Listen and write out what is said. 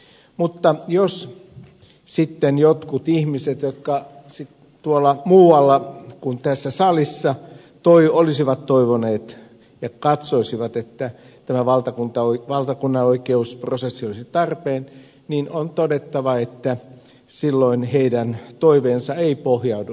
mutta jos sitten jotkut ihmiset muualla kuin tässä salissa olisivat toivoneet ja katsovat että tämä valtakunnanoikeusprosessi olisi tarpeen on todettava että silloin heidän toiveensa ei pohjaudu suomen perustuslakiin